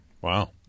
Wow